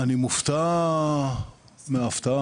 אני מופתע מההפתעה